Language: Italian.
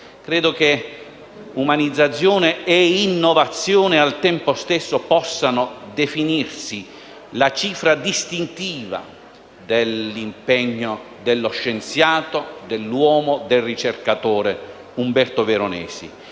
Credo che umanizzazione e innovazione al tempo stesso possano definirsi la cifra distintiva dell'impegno dello scienziato, dell'uomo, del ricercatore Umberto Veronesi,